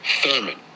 Thurman